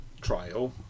trial